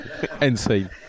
NC